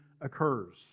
occurs